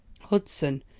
hudson,